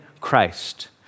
Christ